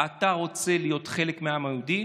אתה רוצה להיות חלק מהעם היהודי?